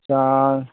आस्सा